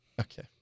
Okay